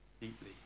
deeply